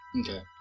Okay